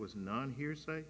was not hearsay